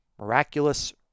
miraculous